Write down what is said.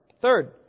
Third